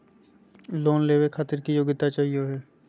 Loan लेवे खातीर की योग्यता चाहियो हे?